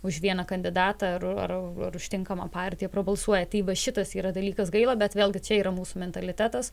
už vieną kandidatą ar ar už tinkamą partiją prabalsuoja tai va šitas yra dalykas gaila bet vėl gi čia yra mūsų mentalitetas